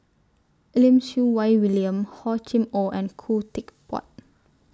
Lim Siew Wai William Hor Chim Or and Khoo Teck Puat